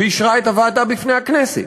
ואישרה את הבאתה בפני הכנסת.